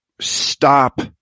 stop